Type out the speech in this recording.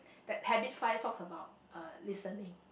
that habit five talks about uh listening